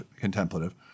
contemplative